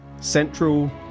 Central